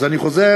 אז אני חוזר,